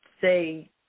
say